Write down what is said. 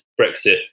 Brexit